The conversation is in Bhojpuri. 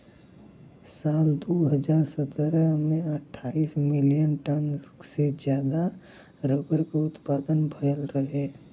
साल दू हज़ार सत्रह में अट्ठाईस मिलियन टन से जादा रबर क उत्पदान भयल रहे